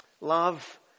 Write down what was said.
Love